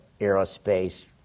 aerospace